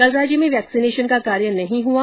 कल राज्य में वैक्सिनेशन का कार्य नहीं हुआ